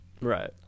Right